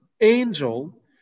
angel